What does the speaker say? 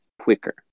quicker